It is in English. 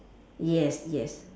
yes yes